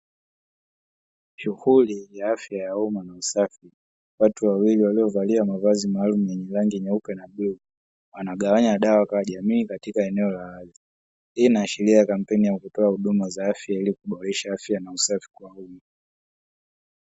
Shughuli ya afya ya homa na usafi watu wawili waliovalia mavazi maalumu yenye rangi nyeupe na bluu, wanagawanya dawa kwa jamii katika eneo la wazi. Hii inaashiria kampeni ya kutoa huduma ya za afya ilikuboresha afya na usafi kwa wingi.